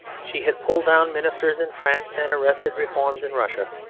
she had pulled down ministers in france and arrested reforms in russia.